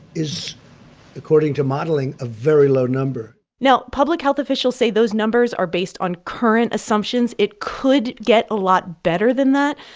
according to modeling, a very low number now, public health officials say those numbers are based on current assumptions. it could get a lot better than that.